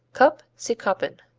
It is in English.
cup see koppen.